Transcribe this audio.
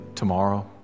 tomorrow